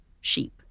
sheep